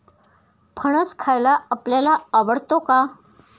फणस खायला आपल्याला आवडतो का?